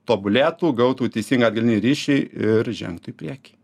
tobulėtų gautų teisingą atgalinį ryšį ir žengtų į priekį